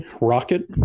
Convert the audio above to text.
Rocket